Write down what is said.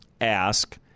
ask